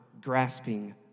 grasping